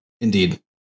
indeed